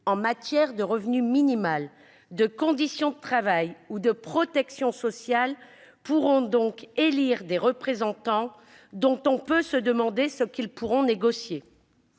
en matière de revenu minimum, de conditions de travail ou de protection sociale pourront donc élire des représentants, dont on peut se demander ce qu'ils pourront bien négocier.